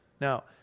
Now